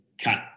cut